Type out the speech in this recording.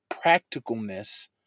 practicalness